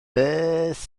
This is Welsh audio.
beth